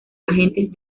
agentes